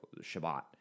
Shabbat